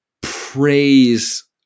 praise